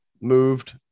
moved